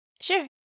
Sure